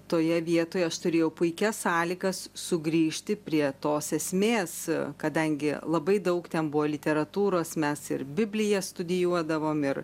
toje vietoje aš turėjau puikias sąlygas sugrįžti prie tos esmės kadangi labai daug ten buvo literatūros mes ir bibliją studijuodavom ir